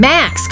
Max